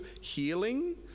healing